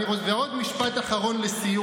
ועוד משפט אחרון לסיום,